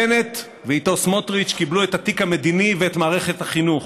בנט ואיתו סמוטריץ קיבלו את התיק המדיני ואת מערכת החינוך,